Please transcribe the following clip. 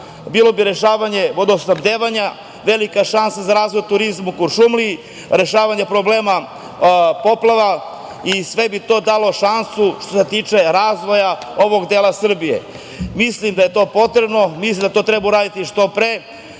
bilo bi rešavanje vodosnabdevanja velika šansa za razvoj turizma u Kuršumliji, rešavanje problema poplava i sve bi to dalo šansu što se tiče razvoja ovog dela Srbije. Mislim da je to potrebno, mislim da treba uraditi što pre.